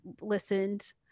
listened